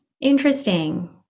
interesting